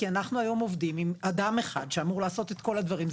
כי אנחנו היום עובדים עם אדם אחד שאמור לעשות את כל הדברים.